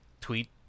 tweet